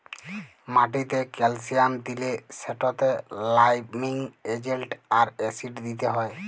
মাটিতে ক্যালসিয়াম দিলে সেটতে লাইমিং এজেল্ট আর অ্যাসিড দিতে হ্যয়